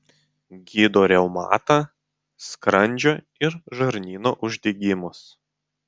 gydo reumatą skrandžio ir žarnyno uždegimus